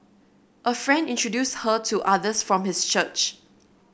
a friend introduced her to others from his church